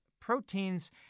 proteins